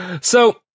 So-